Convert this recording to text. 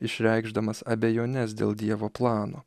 išreikšdamas abejones dėl dievo plano